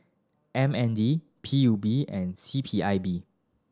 M N D P U B and C P I B